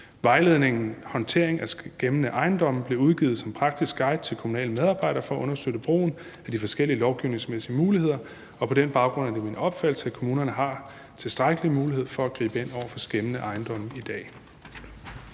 Vejledningen om håndtering af skæmmende ejendomme blev udgivet som praktisk guide til kommunale medarbejdere for at understøtte brugen af de forskellige lovgivningsmæssige muligheder, og på den baggrund er det min opfattelse, at kommunerne har tilstrækkelig mulighed for at gribe ind over for skæmmende ejendomme i dag.